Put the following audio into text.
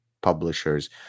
publishers